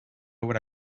would